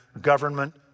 government